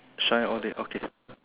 shine all day okay